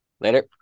later